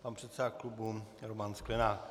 Pan předseda klubu Roman Sklenák.